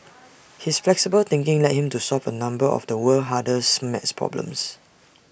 his flexible thinking led him to solve A number of the world's hardest maths problems